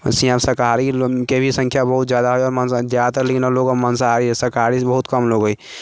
से हम शाकाहारी लोग के भी सङ्ख्या बहुत जादा हय आओर माँसाहारी जादातर लोग माँसाहारी शाकाहारी से बहुत कम लोग होइ हय